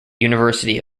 university